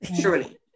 surely